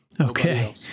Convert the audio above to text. Okay